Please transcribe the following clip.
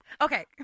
Okay